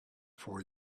for